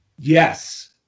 yes